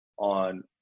on